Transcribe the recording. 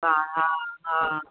हा हा हा